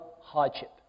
hardship